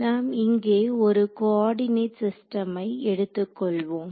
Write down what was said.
நாம் இங்கே ஒரு கோஆர்டிநேட் சிஸ்டமை எடுத்துக் கொள்வோம்